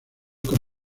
con